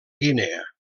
guinea